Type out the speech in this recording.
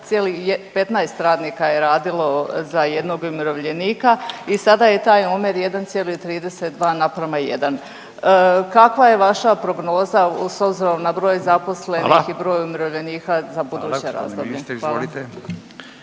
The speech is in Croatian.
1,15 radnika je radilo za jednog umirovljenika i sada je taj omjer 1,32:1. Kakva je vaša prognoza s obzirom na broj zaposlenika i broj umirovljenika za buduće razdoblje?